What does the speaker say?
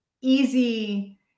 easy